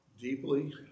deeply